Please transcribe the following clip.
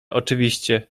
oczywiście